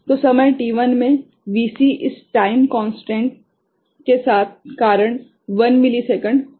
तो समय t1 में Vc इस टाइम कोंस्टेंट के कारण 1 मिलीसेकंड हो जाता है